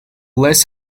less